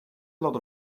lot